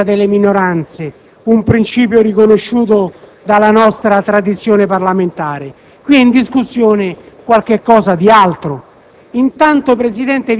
il principio di difesa delle minoranze, un principio riconosciuto dalla nostra tradizione parlamentare, ma qualcosa d'altro.